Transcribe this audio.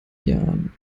jahren